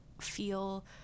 feel